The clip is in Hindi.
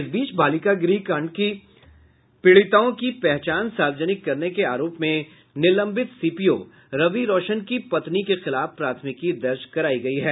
इस बीच बालिका गृह कांड की पीड़िताओं की पहचान सार्वजनिक करने के आरोप में निलंबित सीपीओ रवि रौशन की पत्नी के खिलाफ प्राथमिकी दर्ज करायी गयी है